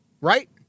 Right